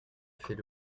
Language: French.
fait